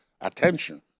attention